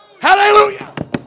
Hallelujah